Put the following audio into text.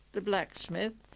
the blacksmith,